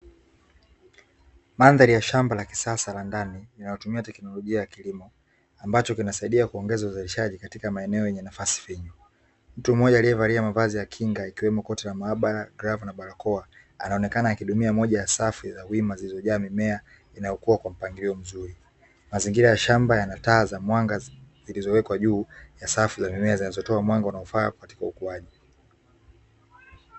Mandhari ya shamba la kisasa la ndani, linalotumia teknolojia ya kilimo, ambacho kinasaidia kuongeza uzalishaji katika maeneo yenye nafasi finyu. Mtu mmoja aliyevalia mavazi ya kinga ikiwemo koti la maabara, glavu na barakoa, anaoneka akihudumia moja ya safu ya wima zilizojaa mimea inayokua kwa mpangilio mzuri. Mazingira ya shamba yana taa za mwanga zilizowekwa juu ya safu, zinazotoa mwanga unaofaa katika ukuaji.